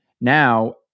Now